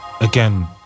Again